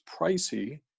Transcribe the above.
pricey